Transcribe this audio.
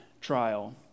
trial